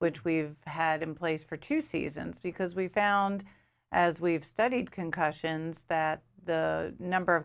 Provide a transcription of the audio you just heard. which we've had in place for two seasons because we found as we've studied concussions that the number of